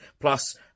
plus